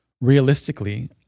Realistically